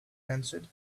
answered